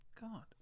God